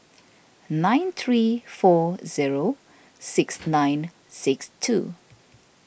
nine three four zero six nine six two